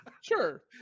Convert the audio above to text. Sure